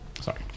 sorry